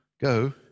Go